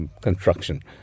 construction